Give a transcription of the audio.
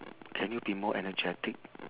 can you be more energetic